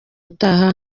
utaha